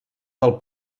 del